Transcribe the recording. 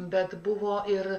bet buvo ir